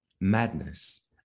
Madness